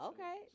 Okay